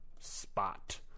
spot